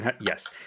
Yes